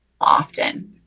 often